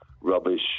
rubbish